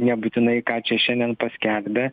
nebūtinai ką čia šiandien paskelbė